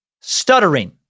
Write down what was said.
stuttering